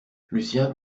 lucien